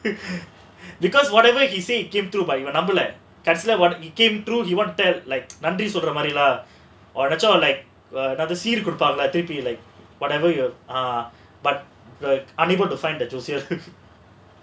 because whatever he say it came through but அப்டில்ல கடைசில:apdila kadaisila he came through you wanna tell like நன்றி சொல்ற மாதிரிலாம்:nandri solra maadhirilaam like சீர் கொடுப்பான்ல திருப்பியும்:seer koduppaanla thirupiyum like whatever you are but like unable to find a tool sales